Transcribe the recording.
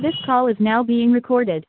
this call is now being recorded